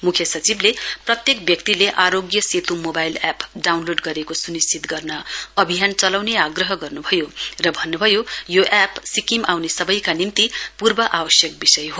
मुख्य सचिवले प्रत्येक व्यक्तिले Aarogya Setu mobile app download गरेको सुनिश्चित गर्न अभियान चलाउने आग्रह गर्नुभयो र भन्नुभयो यो एप सिक्किम आउने सबैका निम्ति पूर्व आवश्यक विषय हो